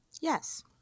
Yes